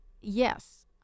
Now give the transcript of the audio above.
Yes